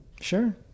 sure